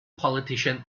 politician